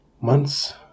Months